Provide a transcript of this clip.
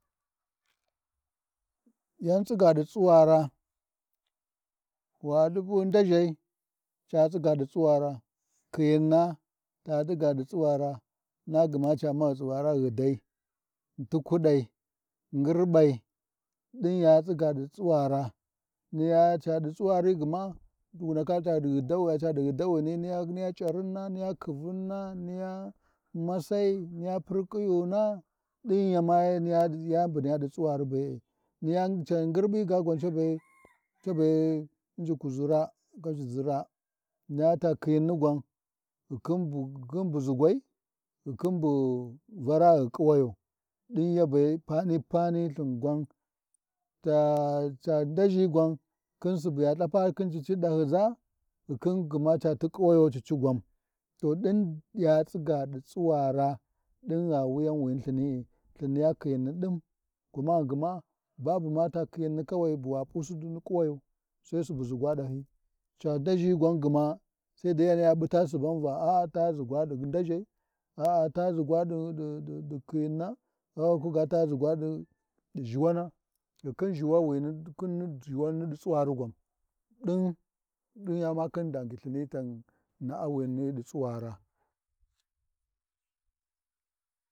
Yan tsiga ɗi tsuwara, waɗi bu ndaghai ca tsiga ɗi tsuwara, khiyinna ta tsiga di tsuwara, na gma ca ma tsuwara, ghidai, tulaiɗai ngir ɓai ɗin ya tsiga ɗi tsuwara, niya caɗi tsuwari gma wu ndaka caɗi ghiɗi caɗi ghidawani niya C’arinna, niya khivunna niya masai, niya parkhi yuna ɗin gma ma yani bu niya ɗi tsuwari bee niya ca gyinbar ma cabe, cabe Injikuʒi raa nganʒi raa, nata khiyinni gwan, ghi kin kin bu ʒugwani ghi khin bu Vara ghi ƙuwayo, ɗin yabe pani pani ya lthapa khi cici ɗahyiʒu, ghikin gma caɗi kuwayo cicigwan, to ɗin ya tsiga ɗi tsuwara, ɗin gha wuyan wani Lthini’i Lthin niya khiyinni ɗin, gwani gma babu mata khiyinni kawai ɓu wap’usi ƙuwayo, sai subu ʒugwa ɓahyi, ca ndaʒhi gwan gma saidai yaniya ɓuta suban va a'a ta ʒugwa ɗi ndaʒhai, a'a ta ta-ta ʒugwa ɗi khiyinna, ko ga ta ʒugwa ɗi ʒhuwana, ghikin ʒhuwawina khi-khi khin ni ɗi tsuwari gwan ɗin makhin dangyi Lthini Lthin na’awini niɗi twuara.